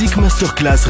Masterclass